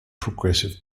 progressive